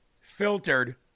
filtered